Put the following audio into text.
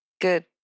Good